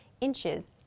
inches